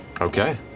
Okay